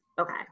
Okay